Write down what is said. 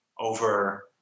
over